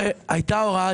הייתה הוראת